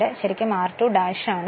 അത് ശരിക്കും r2 ' ആണ്